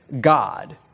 God